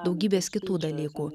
daugybės kitų dalykų